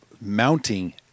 mounting